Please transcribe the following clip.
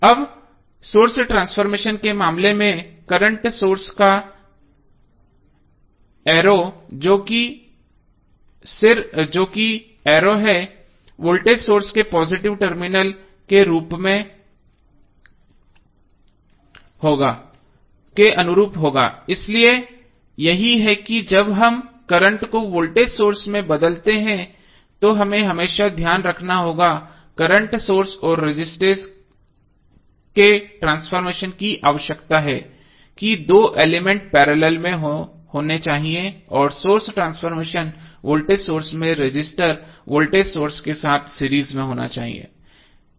अब source transformation के मामले में करंट सोर्स का सिर जो कि एरो है वोल्टेज सोर्स के पॉजिटिव टर्मिनल के अनुरूप होगा इसलिए यही है कि जब हम करंट को वोल्टेज सोर्स में बदलते हैं तो हमें हमेशा ध्यान में रखना होगा करंट सोर्स और रजिस्टेंस के ट्रांसफॉर्मेशन की आवश्यकता है कि दो एलिमेंट पैरेलल होने चाहिए और सोर्स ट्रांसफॉर्मेशन वोल्टेज सोर्स में रजिस्टर वोल्टेज सोर्स के साथ सीरीज में होना चाहिए